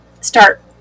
start